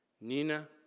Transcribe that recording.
Nina